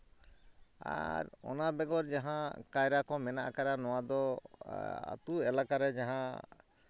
ᱟᱨ ᱚᱱᱟ ᱵᱮᱜᱚᱨ ᱡᱟᱦᱟᱸ ᱠᱟᱭᱨᱟ ᱠᱚ ᱢᱮᱱᱟᱜ ᱟᱠᱟᱫᱼᱟ ᱱᱚᱣᱟ ᱫᱚ ᱟᱛᱳ ᱮᱞᱟᱠᱟ ᱨᱮ ᱡᱟᱦᱟᱸ